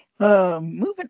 Moving